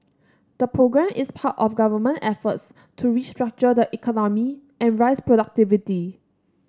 the programme is part of government efforts to restructure the economy and raise productivity